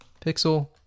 pixel